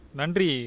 Nandri